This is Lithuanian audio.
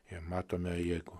ir matome jeigu